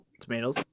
Tomatoes